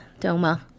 Doma